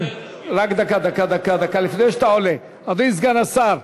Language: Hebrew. רק דקה, דקה, דקה, לפני שאתה עולה, אדוני סגן השר,